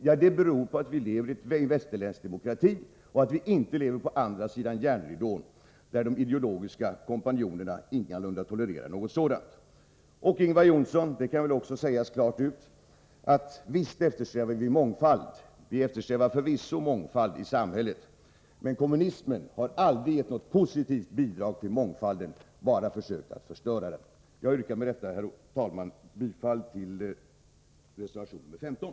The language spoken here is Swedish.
Ja, det beror på att vi lever i en västerländsk demokrati — inte på andra sidan järnridån, där de ideologiska kompanjonerna ingalunda tolererar något sådant. Det kan väl också sägas klart ut, Ingvar Johnsson, att vi förvisso eftersträvar mångfald i samhället. Kommunismen däremot har aldrig på ett positivt sätt bidragit till mångfald. Kommunismen har i stället bara försökt att förstöra den. Med det sagda yrkar jag bifall till reservation 15.